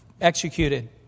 executed